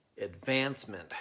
advancement